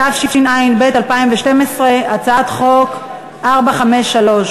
התשע"ב 2012, הצעת חוק כ/453.